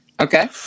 okay